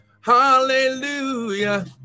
Hallelujah